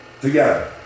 together